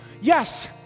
yes